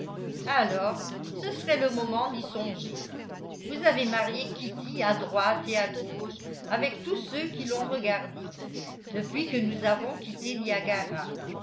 alors ce serait le moment d'y songer vous avez marié kitty à droite et à gauche avec tous ceux qui l'ont regardée depuis que nous avons quitté niagara